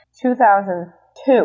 2002